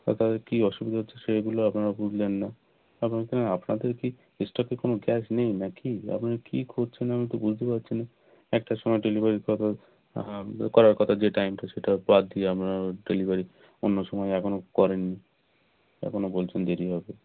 আর তাদের কী অসুবিধা হচ্ছে সেইগুলো আপনারা বুঝলেন না আপনাদের কি এক্সটা কি কোনো গ্যাস নেই না কি আপনারা কী করছেন আমি তো বুঝতে পাচ্ছি না একটার সময় ডেলিভারির কথা করার কথা যে টাইমটা সেটা বাদ দিয়ে আপনারা ডেলিভারি অন্য সময় এখনও করেননি এখনও বলছেন দেরি হবে